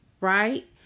right